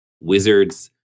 Wizards